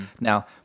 Now